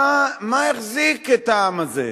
מה החזיק את העם הזה?